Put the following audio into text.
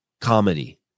comedy